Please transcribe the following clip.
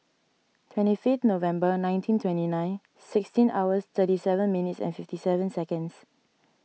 twenty fifth November nineteen twenty nine sixteen hours thirty seven minutes and fifty seven seconds